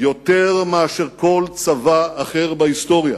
יותר מאשר כל צבא אחר בהיסטוריה"